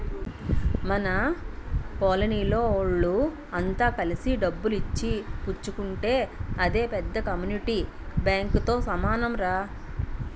మన కోలనీ వోళ్ళె అంత కలిసి డబ్బులు ఇచ్చి పుచ్చుకుంటే అదే పెద్ద కమ్యూనిటీ బాంకుతో సమానంరా